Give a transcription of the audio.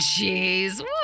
jeez